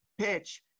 PITCH